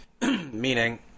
Meaning